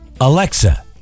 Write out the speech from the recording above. Alexa